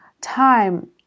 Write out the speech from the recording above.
Time